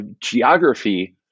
geography